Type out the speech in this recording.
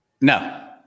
No